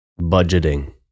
Budgeting